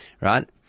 right